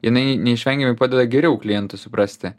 jinai neišvengiamai padeda geriau klientą suprasti